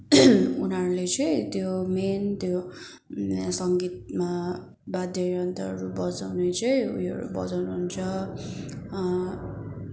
उनीहरूले चाहिँ त्यो मेन त्यो सङ्गीतमा वाद्य यन्त्रहरू बजाउने चाहिँ उयोहरू बजाउनुहुन्छ